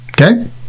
Okay